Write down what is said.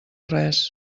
res